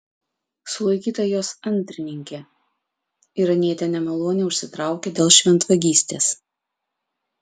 sulaikyta jos antrininkė iranietė nemalonę užsitraukė dėl šventvagystės